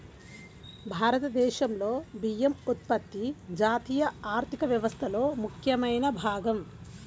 భారతదేశంలో బియ్యం ఉత్పత్తి జాతీయ ఆర్థిక వ్యవస్థలో ముఖ్యమైన భాగం